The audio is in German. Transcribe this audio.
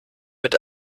mit